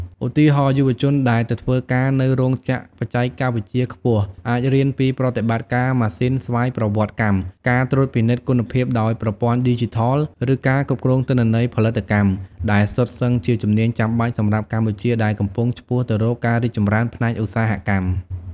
ឧទាហរណ៍ យុវជនដែលទៅធ្វើការនៅរោងចក្របច្ចេកវិទ្យាខ្ពស់ អាចរៀនពីប្រតិបត្តិការម៉ាស៊ីនស្វ័យប្រវត្តិកម្ម ការត្រួតពិនិត្យគុណភាពដោយប្រព័ន្ធឌីជីថល ឬការគ្រប់គ្រងទិន្នន័យផលិតកម្ម ដែលសុទ្ធសឹងជាជំនាញចាំបាច់សម្រាប់កម្ពុជាដែលកំពុងឆ្ពោះទៅរកការរីកចម្រើនផ្នែកឧស្សាហកម្ម។